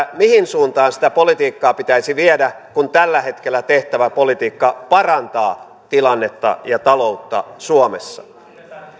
mihin suuntaan sitä politiikkaa pitäisi viedä kun tällä hetkellä tehtävä politiikka parantaa tilannetta ja taloutta suomessa